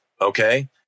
okay